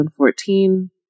2014